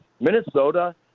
Minnesota